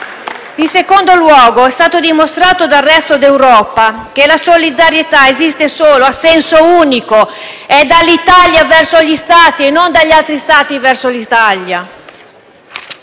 In secondo luogo è stato dimostrato dal resto d'Europa che la solidarietà esiste solo a senso unico, e cioè dall'Italia verso gli altri Stati, e non dagli altri Stati verso l'Italia.